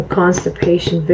constipation